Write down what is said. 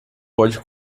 pode